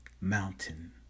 mountain